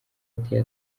ateye